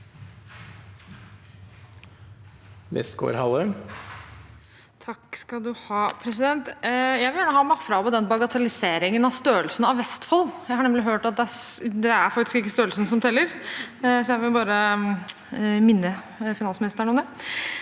Jeg vil gjerne ha meg frabedt den bagatelliseringen av størrelsen på Vestfold. Jeg har nemlig hørt at det faktisk ikke er størrelsen som teller. Jeg vil bare minne finansministeren om det.